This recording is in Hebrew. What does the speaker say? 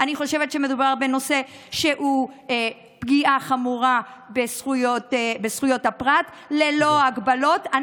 אני חושבת שמדובר בנושא שהוא פגיעה חמורה בזכויות הפרט ללא הגבלות.